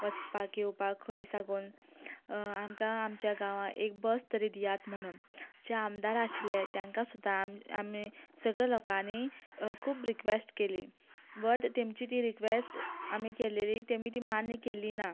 वचपाक येवपाक खंय साकून आमकां आमच्या गांवांत एक बस तरी दियात म्हणून जे आमदार आशिल्ले तेंका सुद्दां आम आमी सगळें लोकांनीं खूब रिक्वेस्ट केली बट तेमची ती रिक्वेस्ट आमी केलेली तेमी ती मान्य केली ना